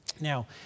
Now